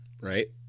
right